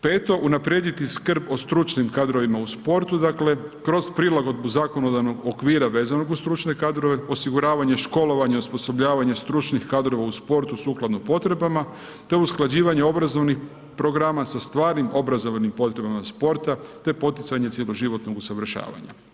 Peto, unaprijediti skrb o stručnim kadrovima u sportu dakle kroz prilagodbu zakonodavnog okvira veazanog uz stručne kadrove, osiguravanje školovanja, osposobljavanje stručnih kadrova u sportu sukladno potrebama te usklađivanje obrazovnih programa sa stvarnim obrazovnim potrebama sporta te poticanje cjeloživotnog usavršavanja.